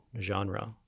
genre